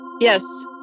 yes